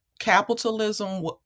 Capitalism